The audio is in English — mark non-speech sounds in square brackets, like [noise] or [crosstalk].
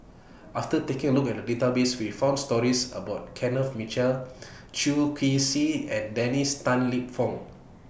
after taking A Look At The Database We found stories about Kenneth Mitchell [noise] Chew Kee Swee and Dennis Tan Lip Fong